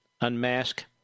unmask